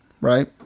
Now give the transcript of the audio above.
right